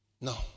no